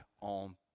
on